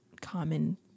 common